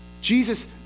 Jesus